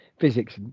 physics